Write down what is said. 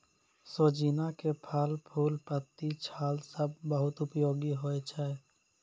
सोजीना के फल, फूल, पत्ती, छाल सब बहुत उपयोगी होय छै